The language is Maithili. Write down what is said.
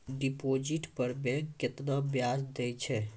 डिपॉजिट पर बैंक केतना ब्याज दै छै?